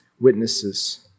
witnesses